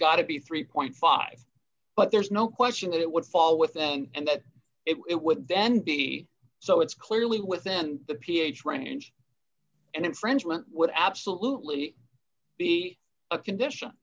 got to be three dollars but there's no question that it would fall within and that it would then be so it's clearly within the ph range and infringement would absolutely be a condition